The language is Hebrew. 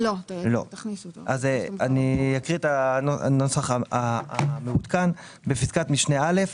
אני אקריא את הנוסח המעודכן: בפסקת משנה (א),